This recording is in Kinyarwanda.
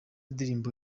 indirimbo